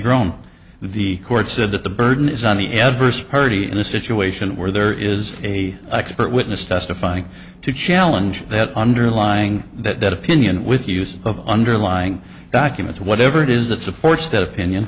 groan the court said that the burden is on the adverse party in a situation where there is a expert witness testifying to challenge that underlying that that opinion with use of underlying documents whatever it is that supports that opinion